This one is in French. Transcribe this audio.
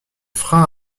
frein